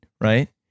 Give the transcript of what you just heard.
right